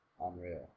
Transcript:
unreal